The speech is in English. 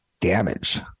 damage